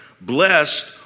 blessed